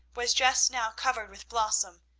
was just now covered with blossom,